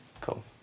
Cool